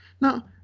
Now